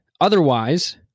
Otherwise